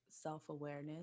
self-awareness